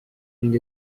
ning